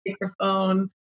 microphone